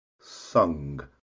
sung